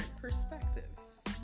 perspectives